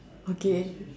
okay